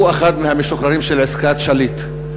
הוא אחד מהמשוחררים של עסקת שליט.